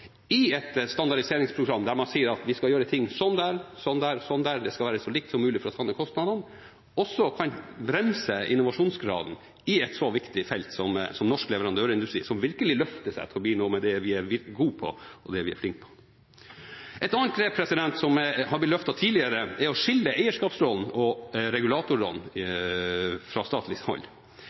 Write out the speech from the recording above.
i et standardiseringsprogram der man sier at vi skal gjøre ting sånn der og sånn der, det skal være så likt som mulig for å ta ned kostnadene, også kan bremse innovasjonsgraden på et så viktig felt som norsk leverandørindustri, som virkelig løfter seg til å bli det vi er gode på og flinke på. Et annet grep som har blitt løftet tidligere, er å skille eierskapsrollen og regulatorrollen fra statlig hold.